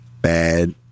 Bad